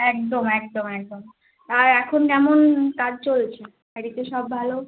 একদম একদম একদম আর এখন কেমন কাজ চলছে বাড়িতে সব ভালো